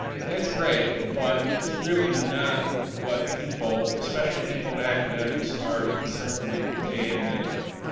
that's great but it's really not what people, especially people in academics are concerned with day in, day out.